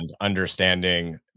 understanding